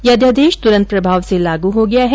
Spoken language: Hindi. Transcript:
यह अध्यादेश त्रन्त प्रभाव से लागू हो गया है